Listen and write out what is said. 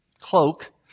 cloak